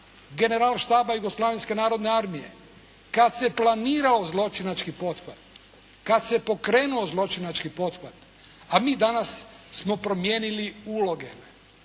General štaba Jugoslavenske narodne armije kad se planirao zločinački pothvat, kad se pokrenuo zločinački pothvat. A mi danas smo promijenili uloge,